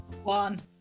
One